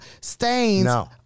stains